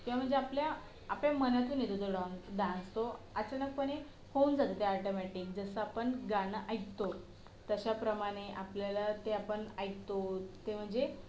किंवा म्हणजे आपल्या आपल्या मनातून येतो तो डा डान्स तो अचानकपणे होऊन जातो ते ॲटोमॅटिक जसं आपण गाणं ऐकतो तशाप्रमाणे आपल्याला ते आपण ऐकतो तेव्हा जे